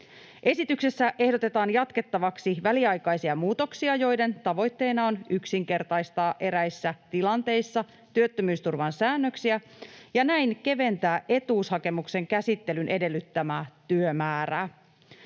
Esityksessä ehdotetaan jatkettavaksi väliaikaisia muutoksia, joiden tavoitteena on yksinkertaistaa eräissä tilanteissa työttömyysturvan säännöksiä ja näin keventää etuushakemuksen käsittelyn edellyttämää työmäärää.